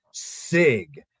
Sig